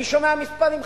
אני שומע מספרים,